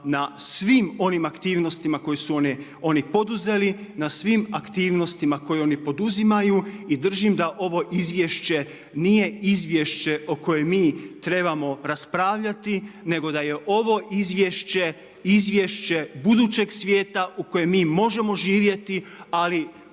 na svim onim aktivnostima koje su oni poduzeli na svim aktivnostima koje oni poduzimaju i držim da ovo izvješće nije izvješće o kojem mi trebamo raspravljati, nego da je ovo izvješće izvješće budućeg svijeta u kojem mi možemo živjeti. Ali